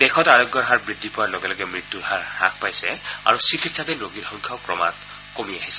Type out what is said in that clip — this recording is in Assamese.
দেশত আৰোগ্যৰ হাৰ বৃদ্ধি পোৱাৰ লগে লগে মৃত্যূৰ হাৰ হাস পাইছে আৰু চিকিৎসাধীন ৰোগীৰ সংখ্যাও ক্ৰমাৎ কমি আহিছে